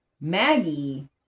Maggie